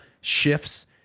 shifts